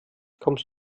kommst